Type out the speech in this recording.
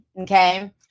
Okay